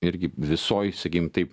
irgi visoj sakykim taip